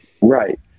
Right